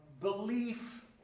belief